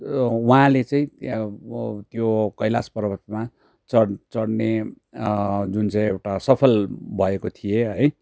उहाँले चाहिँ त्यो कैलाश पर्वतमा चढ चढ्ने जुन चाहिँ एउटा सफल भएको थिए है